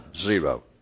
Zero